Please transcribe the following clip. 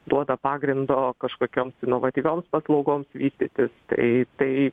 duoda pagrindo kažkokioms inovatyvioms paslaugoms vystytis tai tai